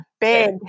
big